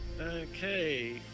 Okay